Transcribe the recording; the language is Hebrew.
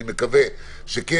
אני מקווה שכן.